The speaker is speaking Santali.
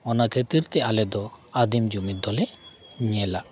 ᱚᱱᱟ ᱠᱷᱟᱹᱛᱤᱨᱛᱮ ᱟᱞᱮᱫᱚ ᱟᱹᱫᱤᱢ ᱡᱩᱢᱤᱫᱽ ᱫᱚᱞᱮ ᱧᱮᱞᱟ